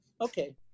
Okay